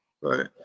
Right